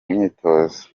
myitozo